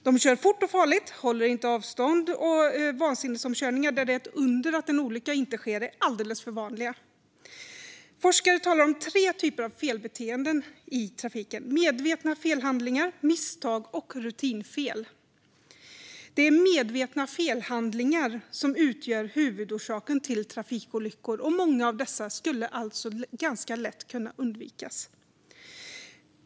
De kör fort och farligt, håller inte avstånd, och vansinnesomkörningar där det är ett under att en olycka inte sker är alldeles för vanliga. Forskare talar om tre typer av felbeteenden i trafiken: medvetna felhandlingar, misstag och rutinfel. Det är medvetna felhandlingar som utgör huvudorsaken till trafikolyckor; många av dessa skulle alltså lätt kunna undvikas.